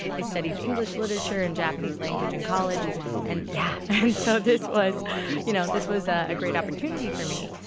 i studied english literature and japanese language in college. and yeah and so this was you know this was a great opportunity for me.